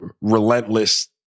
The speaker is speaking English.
relentless